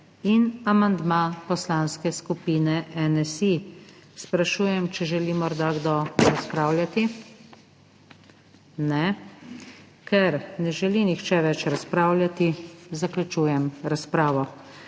in amandma Poslanske skupine NSi. Sprašujem, če želi morda kdo razpravljati. Ne. Ker ne želi nihče več razpravljati, zaključujem razpravo.